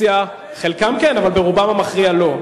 חלקם כן, אבל רובם המכריע לא.